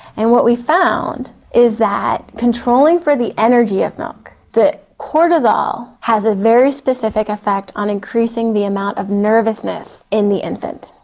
and what we found is that controlling for the energy of milk, the cortisol has a very specific effect on increasing the amount of nervousness in the infant.